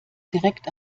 direkt